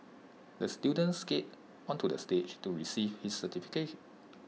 the student skated onto the stage to receive his certificate